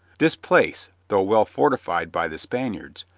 this place, though well fortified by the spaniards,